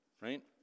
right